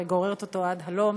וגוררת אותו עד הלום,